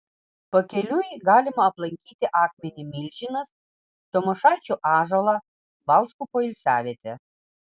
pakeliui galima aplankyti akmenį milžinas tamošaičių ąžuolą balskų poilsiavietę